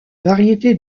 variété